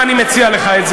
קצת צניעות.